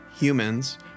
humans